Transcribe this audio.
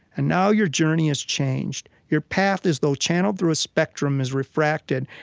and now your journey has changed. your path, as though channeled through a spectrum, is refracted,